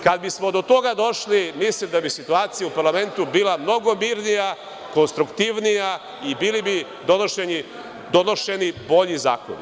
Kad bismo do toga došli, mislim da bi situacija u parlamentu bila mnogo mirnija, konstruktivnija i bili bi donošeni bolji zakoni.